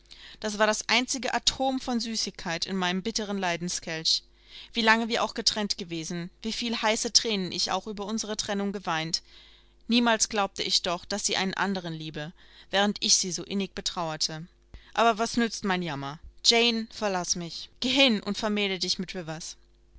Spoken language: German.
das war das einzige atom von süßigkeit in meinem bitteren leidenskelch wie lange wir auch getrennt gewesen wieviel heiße thränen ich auch über unsere trennung geweint niemals glaubte ich doch daß sie einen anderen liebe während ich sie so innig betrauerte aber was nützt mein jammer jane verlaß mich geh hin und vermähle dich mit